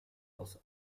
aus